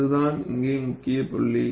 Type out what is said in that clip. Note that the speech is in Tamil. அதுதான் இங்கே முக்கிய புள்ளி